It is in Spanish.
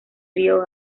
río